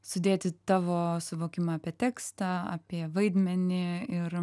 sudėti tavo suvokimą apie tekstą apie vaidmenį ir